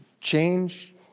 change